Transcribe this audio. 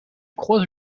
croise